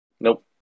Nope